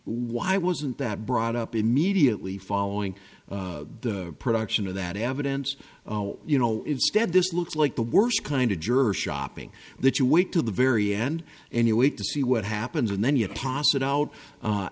why wasn't that brought up immediately following the production of that evidence you know instead this looks like the worst kind of juror shopping that you wait till the very end and you wait to see what happens and then you pass it out